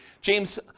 James